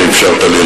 שאפשרת לי,